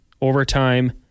overtime